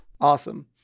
Awesome